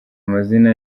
amazina